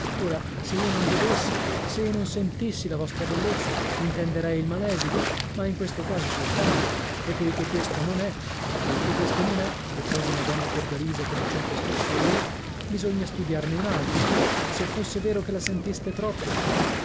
ora se io non vedessi se io non sentissi la vostra bellezza intenderei il mal esito ma in questo caso soltanto e poichè questo non è poichè questo non è riprese madonna fiordalisa con accento scherzevole bisogna studiarne un altro se fosse vero che la sentiste troppo